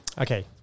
Okay